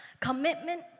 Commitment